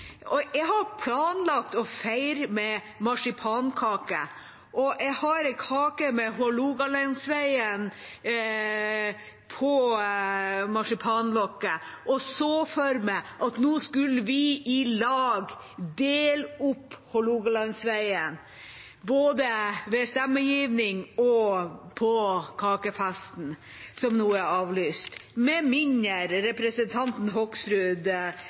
Jeg hadde planlagt å feire med marsipankake – jeg har en kake med «Hålogalandsvegen» på marsipanlokket og så for meg at nå skulle vi i lag dele opp Hålogalandsvegen både ved stemmegivning og på kakefesten, som nå er avlyst, med mindre representanten Hoksrud